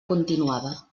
continuada